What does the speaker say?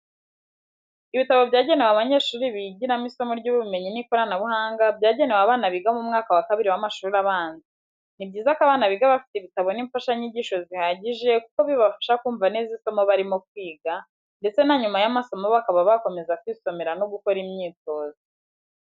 Ibitabo byanegewe abanyeshuri bigiramo isomo ry'ubumenyi n'ikoranabuhanga, byagenewe abana biga mu mwaka wa kabiri w'amashuri abanza. Ni byiza ko abana biga bafite ibitabo n'imfashanyigisho zihagije kuko bibafasha kumva neza isomo barimo kwiga, ndetse na nyuma y'amasomo bakaba bakomeza kwisomera no gukora imyitozo.